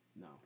no